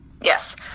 Yes